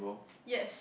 yes